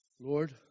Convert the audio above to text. Lord